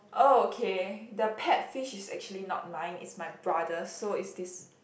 oh okay the pet fish is actually not mine it's my brother so it's this